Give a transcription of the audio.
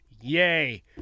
Yay